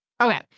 Okay